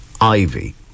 Ivy